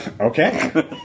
Okay